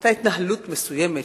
היתה התנהלות מסוימת,